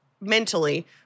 mentally